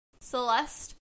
Celeste